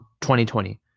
2020